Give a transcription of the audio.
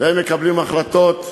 והם מקבלים החלטות,